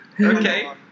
Okay